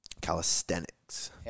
Calisthenics